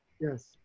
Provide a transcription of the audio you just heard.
Yes